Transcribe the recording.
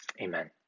amen